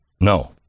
No